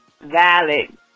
Valid